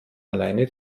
alleine